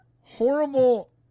horrible